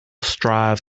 strive